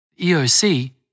EOC